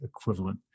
equivalent